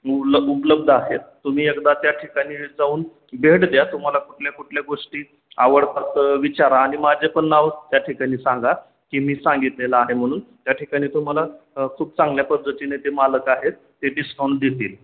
उपलब्ध उपलब्ध आहेत तुम्ही एकदा त्या ठिकाणी जाऊन भेट द्या तुम्हाला कुठल्या कुठल्या गोष्टी आवडतात विचारा आणि माझे पण नाव त्या ठिकाणी सांगा की मी सांगितलेला आहे म्हणून त्या ठिकाणी तुम्हाला खूप चांगल्या पद्धतीने ते मालक आहेत ते डिस्काऊंट देतील